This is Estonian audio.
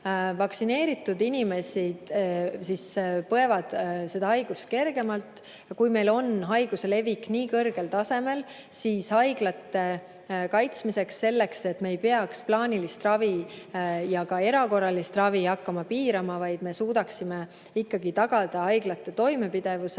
vaktsineeritud inimesed põevad seda haigust kergemalt. Kui meil on haiguse levik nii kõrgel tasemel, siis haiglate kaitsmiseks, selleks et me ei peaks plaanilist ravi ja ka erakorralist ravi hakkama piirama, vaid me suudaksime ikkagi tagada haiglate toimepidevuse,